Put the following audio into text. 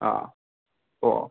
ꯑꯥ ꯑꯣ